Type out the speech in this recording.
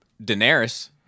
Daenerys